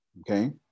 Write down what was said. okay